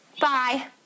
Bye